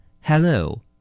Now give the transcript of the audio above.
Hello